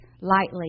lightly